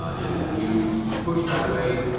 and you push that way.